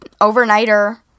overnighter